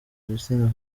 gitsina